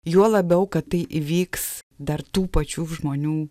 juo labiau kad tai įvyks dar tų pačių žmonių